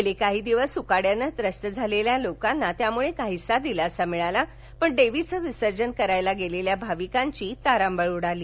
गेले काही दिवस उकाड्याने त्रस्त झालेल्या लोकांना यामुळे काहीसा दिलासा मिळाला पण देवीचं विसर्जन करण्यास गेलेल्या भाविकांची तारांबळ उडाली